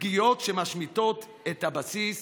פגיעות שמשמיטות את הבסיס